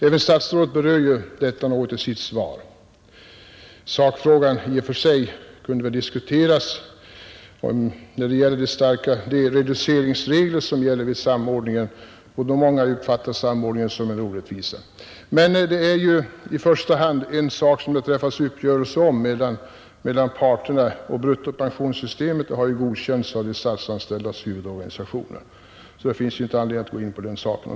Även statsrådet berör detta något i sitt svar. I och för sig kunde man diskutera sakfrågan, t.ex. de reduceringsregler som gäller vid samordningen och som gör att många uppfattar samordningen som en orättvisa. Men detta är i första hand en sak som det träffas uppgörelse om mellan parterna, och bruttopensionssystemet har ju godkänts av de statsanställdas huvudorganisationer, så det finns inte anledning att gå in på den saken här.